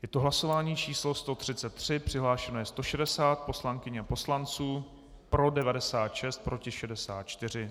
Je to hlasování číslo 133, přihlášeno je 160 poslankyň a poslanců, pro 96, proti 64.